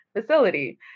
facility